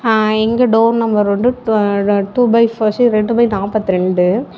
எங்கள் door number வந்து two by four சு ரெண்டு பை நாற்பத்ரெண்டு